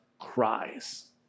cries